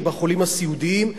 ובחולים הסיעודיים,